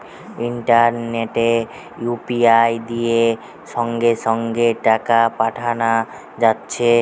ইন্টারনেটে ইউ.পি.আই দিয়ে সঙ্গে সঙ্গে টাকা পাঠানা যাচ্ছে